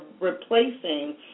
replacing